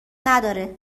نداره